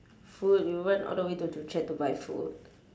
food you went all the way to joo chiat to buy food